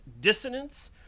dissonance